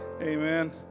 Amen